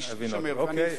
אוקיי,